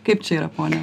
kaip čia yra ponia